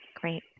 Great